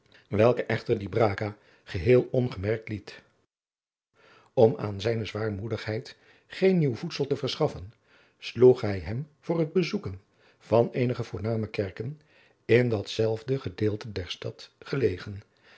welken echter di braga geheel ongemerkt liet om aan zijne zwaarmoedigheid geen nieuw voedsel te verschaffen sloeg hij hem voor het bezoeken van eenige voorname adriaan loosjes pzn het leven van maurits lijnslager kerken in datzelfde gedeelte dar stad gelegen